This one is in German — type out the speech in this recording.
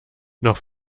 noch